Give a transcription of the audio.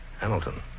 Hamilton